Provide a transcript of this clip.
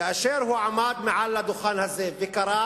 כאשר הוא עמד מעל לדוכן הזה וקרא